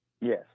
Yes